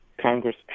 Congress